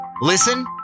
Listen